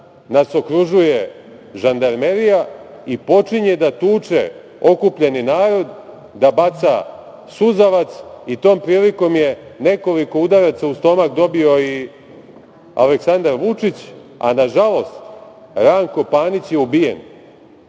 nas okružuje žandarmerija i počinje da tuče okupljeni narod, da baca suzavac i tom prilikom je nekoliko udaraca u stomak dobio i Aleksandar Vučić, a nažalost, Ranko Panić je ubije.